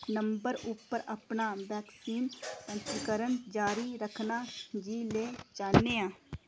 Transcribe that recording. number उप्पर अपना vaccine पंजीकरण जारी रक्खना जि'ले चाह्न्ने आं